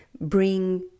bring